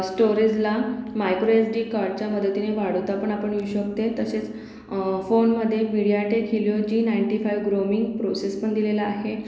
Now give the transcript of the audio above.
स्टोरेजला micro SD कॉडच्या मदतीने वाढवतापण आपण येऊ शकते तसेच फोनमदे MediaTek Helio G ninety five ग्रोमिंग प्रोसेसपण दिलेला आहे